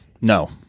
No